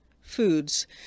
foods